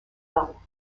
ill